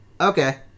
okay